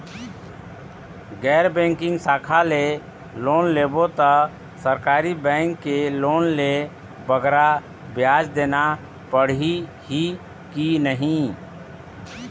गैर बैंकिंग शाखा ले लोन लेबो ता सरकारी बैंक के लोन ले बगरा ब्याज देना पड़ही ही कि नहीं?